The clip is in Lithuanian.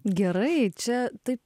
gerai čia taip